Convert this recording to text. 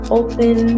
open